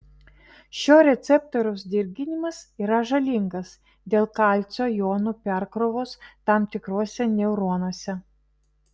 šio receptoriaus dirginimas yra žalingas dėl kalcio jonų perkrovos tam tikruose neuronuose